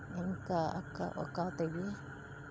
ᱤᱝᱠᱟ ᱟᱸᱠᱟᱣ ᱟᱸᱠᱟᱣ ᱛᱮᱜᱮ